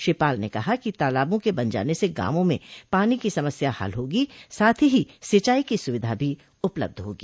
श्री पाल ने कहा कि तालाबों के बन जाने से गांवों में पानी की समस्या हल होगी साथ ही सिंचाई की सुविधा भी उपलब्ध होगी